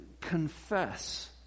confess